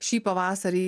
šį pavasarį